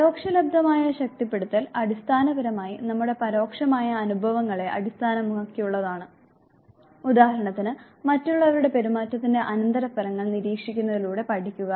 പരോക്ഷലബ്ധമായ ശക്തിപ്പെടുത്തൽ അടിസ്ഥാനപരമായി നമ്മുടെ പരോക്ഷമായ അനുഭവങ്ങളെ അടിസ്ഥാനമാക്കിയുള്ളതാണ് ഉദാഹരണത്തിന് മറ്റുള്ളവരുടെ പെരുമാറ്റത്തിന്റെ അനന്തരഫലങ്ങൾ നിരീക്ഷിക്കുന്നതിലൂടെ പഠിക്കുക